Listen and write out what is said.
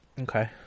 okay